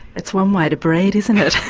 it's one way to breed, isn't it?